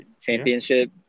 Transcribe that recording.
championship